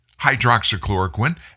hydroxychloroquine